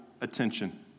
attention